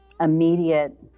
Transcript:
immediate